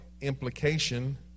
implication